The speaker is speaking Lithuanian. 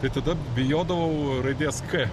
tai tada bijodavau raidės k